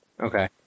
Okay